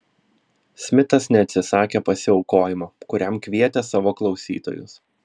smitas neatsisakė pasiaukojimo kuriam kvietė savo klausytojus